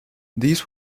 these